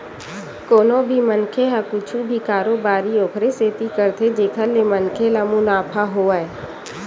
कोनो भी मनखे ह कुछु भी कारोबारी ओखरे सेती करथे जेखर ले मनखे ल मुनाफा होवय